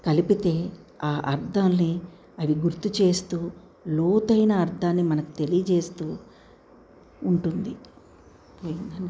కలిపితే ఆ అర్థాలని అవి గుర్తు చేస్తూ లోతైన అర్థాన్ని మనకు తెలియజేస్తూ ఉంటుంది